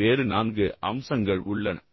வேறு நான்கு அம்சங்கள் உள்ளன